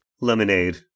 Lemonade